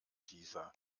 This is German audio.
dieser